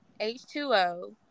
H2O